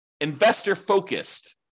investor-focused